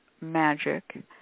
magic